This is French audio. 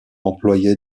employée